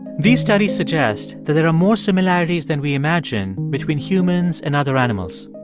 these studies suggest that there are more similarities than we imagine between humans and other animals.